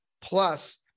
plus